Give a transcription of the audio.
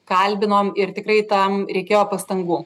kalbinom ir tikrai tam reikėjo pastangų